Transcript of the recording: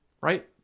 right